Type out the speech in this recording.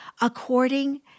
According